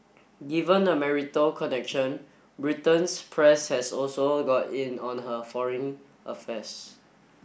given the marital connection Britain's press has also got in on her foreign affairs